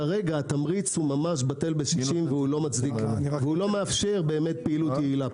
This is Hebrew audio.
כרגע התמריץ ממש בטל בשישים ולא מאפשר פעילות יעילה.